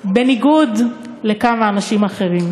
בניגוד לכמה אנשים אחרים.